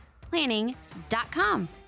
planning.com